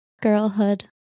girlhood